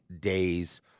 days